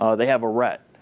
ah they have a rat.